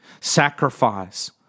sacrifice